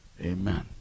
Amen